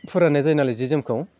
फोराननाय जायो नालाय जि जोमखौ